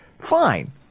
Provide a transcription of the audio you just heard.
fine